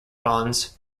bonds